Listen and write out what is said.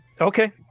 Okay